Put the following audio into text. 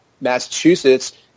Massachusetts